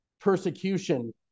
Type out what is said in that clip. persecution